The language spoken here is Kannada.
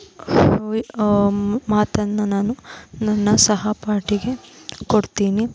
ಮಾತನ್ನು ನಾನು ನನ್ನ ಸಹಪಾಠಿಗೆ ಕೊಡ್ತೀನಿ